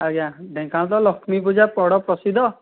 ଆଜ୍ଞା ଢେଙ୍କାନାଳରେ ତ ଲକ୍ଷ୍ମୀ ପୂଜା ବଡ଼ ପ୍ରସିଦ୍ଧ